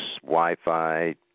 Wi-Fi